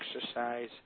exercise